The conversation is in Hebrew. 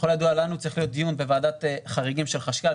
ככל הידוע לנו צריך להיות דיון בוועדת חריגים של חשכ"ל,